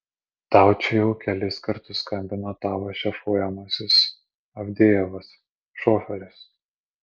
tau čia jau kelis kartus skambino tavo šefuojamasis avdejevas šoferis